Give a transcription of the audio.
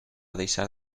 deixar